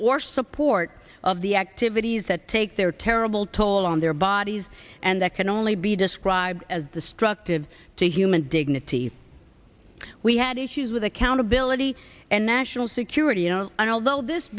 or support of the activities that take their terrible toll on their bodies and that can only be described as destructive to human dignity had issues with accountability and national security you know and although this